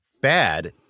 bad